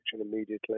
immediately